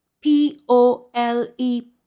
p-o-l-e